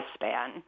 lifespan